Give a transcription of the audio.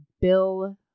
Bill